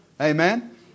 Amen